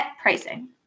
pricing